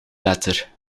letter